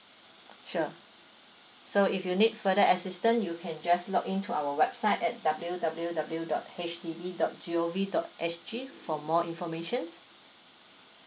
sure so if you need further assistance you can just log into our website at W W W dot H D B dot G O V dot S G for more informations